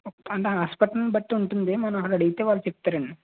అంటే హాస్పిటల్ని బట్టి ఉంటుంది మనం ఆడ అడిగితే వాళ్ళు చెప్తారండి